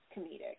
comedic